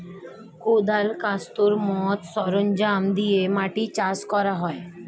কোদাল, কাস্তের মত সরঞ্জাম দিয়ে মাটি চাষ করা হয়